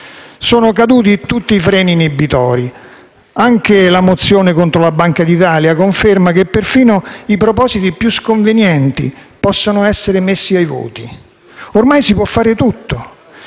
Sono caduti tutti i freni inibitori: anche la mozione contro la Banca d'Italia conferma che perfino i propositi più sconvenienti possono essere messi ai voti. Ormai si può fare tutto,